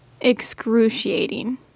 Excruciating